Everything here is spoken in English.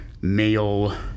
male